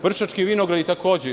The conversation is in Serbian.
Vršački vinogradi, takođe.